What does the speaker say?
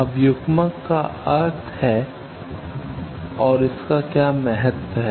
अब युग्मक का क्या महत्व है